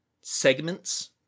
segments